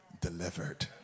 delivered